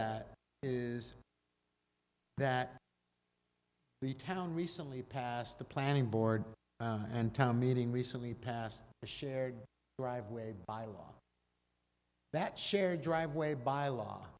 that is that the town recently passed the planning board and town meeting recently past the shared driveway bylaw that shared driveway by law